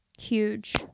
Huge